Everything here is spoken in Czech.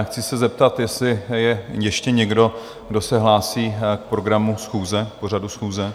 Chci se zeptat, jestli je ještě někdo, kdo se hlásí k programu schůze, k pořadu schůze?